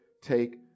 take